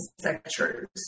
sectors